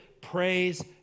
praise